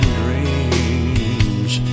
dreams